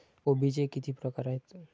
कोबीचे किती प्रकार आहेत?